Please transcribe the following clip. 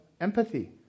empathy